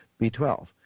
B12